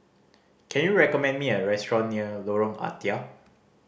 can you recommend me a restaurant near Lorong Ah Thia